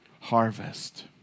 harvest